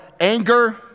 anger